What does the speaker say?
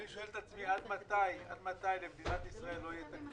אני שואל את עצמי: עד מתי למדינת ישראל לא יהיה תקציב?